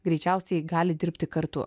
greičiausiai gali dirbti kartu